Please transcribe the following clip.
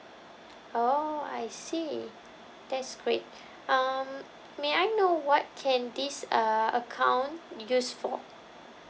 oh I see that's great um may I know what can this uh account used for